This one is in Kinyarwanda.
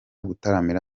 gutaramira